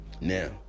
Now